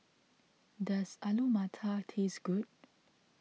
does Alu Matar taste good